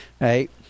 right